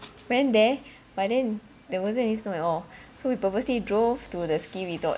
went there by then there wasn't any snow at all so we purposely drove to the ski resort